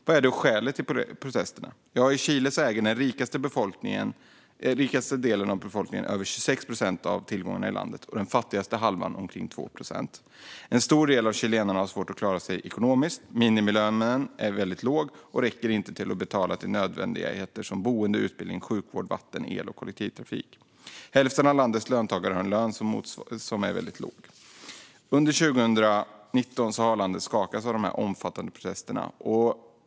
Vad är då skälet till protesterna? I Chile äger den rikaste delen av befolkningen över 26 procent av tillgångarna i landet och den fattigaste halvan omkring 2 procent. En stor del av chilenarna har svårt att klara sig ekonomiskt. Minimilönen är mycket låg och räcker inte till att betala nödvändigheter som boende, utbildning, sjukvård, vatten, el och kollektivtrafik. Hälften av landets löntagare har en lön som är mycket låg. Under 2019 har landet skakats av de omfattande protesterna.